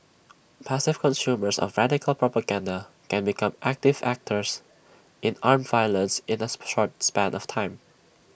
passive consumers of radical propaganda can become active actors in armed violence in A short span of time